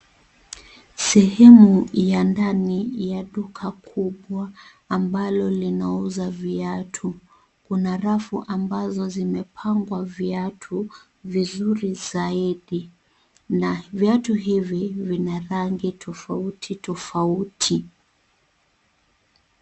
Sehumu ya ndani ya duka kubwa ambalo linauza viatu kuna rafu ambazo zimepangwa viatu vizuri zaidi na viatu hivi vina rangi tofauti tofauti.